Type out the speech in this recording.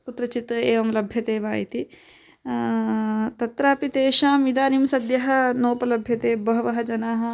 कुत्रचित् एवं लभ्यते वा इति तत्रापि तेषाम् इदानिं सद्यः नोपलभ्यते बहवः जनाः